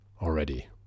already